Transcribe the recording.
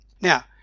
Now